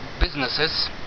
businesses